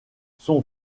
son